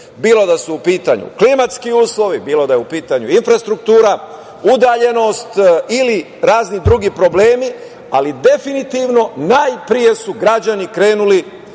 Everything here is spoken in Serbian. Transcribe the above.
bilo da su u pitanju klimatski uslovi, bilo da je u pitanju infrastruktura, udaljenost ili razni drugi problemi, ali definitivno najpre su građani krenuli